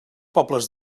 pobles